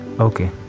okay